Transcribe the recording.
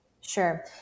Sure